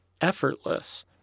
effortless